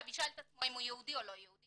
הוא ישאל את עצמו אם הוא יהודי או לא יהודי,